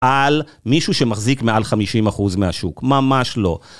על מישהו שמחזיק מעל 50% מהשוק, ממש לא.